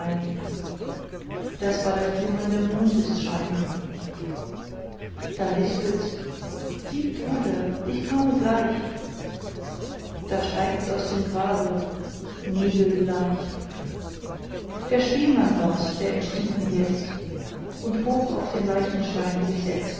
das war der flimmernde mondesschein da lispelts lieb bruder ich komme gleich da steigts aus dem grabe nebelbleich der spielmann war's der entstiegen jetzt und hoch auf den leichenstein sich setzt